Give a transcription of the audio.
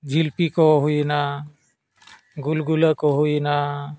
ᱡᱷᱤᱞᱯᱤ ᱠᱚ ᱦᱩᱭᱮᱱᱟ ᱜᱩᱞᱜᱩᱞᱟᱹ ᱠᱚ ᱦᱩᱭᱮᱱᱟ